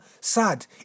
sad